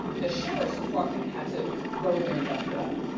the sheriff's department had to go in there and bust it up.